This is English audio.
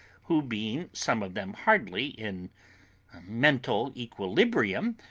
who, being some of them hardly in mental equilibrium,